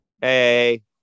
hey